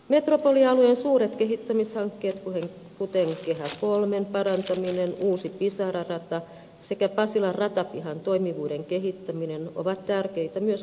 metropolialueen suuret kehittämishankkeet kuten kehä iiin parantaminen uusi pisara rata sekä pasilan ratapihan toimivuuden kehittäminen ovat tärkeitä myös valtakunnallisesti